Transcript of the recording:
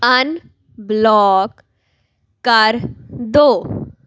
ਅਨ block ਕਰ ਦਿਓ